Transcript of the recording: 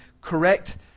correct